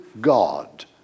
God